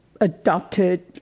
adopted